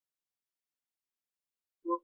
दिए गए मूल्यों पर भरोसा न करें